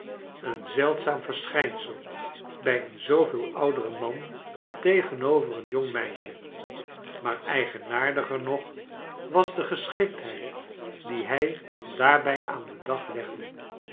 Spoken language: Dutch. een zeldzaam verschijnsel bij een zooveel ouderen man tegenover een jong meisje maar eigenaardiger nog was de geschiktheid die hij daarbij aan den dag legde